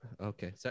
Okay